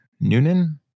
Noonan